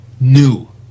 new